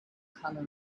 color